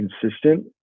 consistent